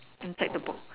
and take the box